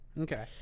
Okay